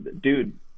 dude